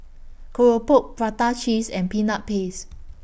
Keropok Prata Cheese and Peanut Paste